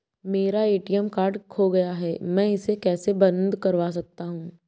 मेरा ATM card खो गया है मैं इसे कैसे बंद करवा सकता हूँ?